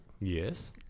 Yes